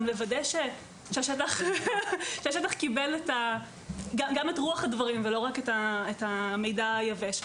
לוודא שהשטח קיבל את רוח הדברים ולא רק את המידע היבש.